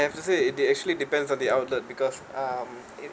I've to say it actually depends on the outlet because um